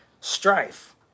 Strife